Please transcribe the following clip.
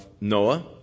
Noah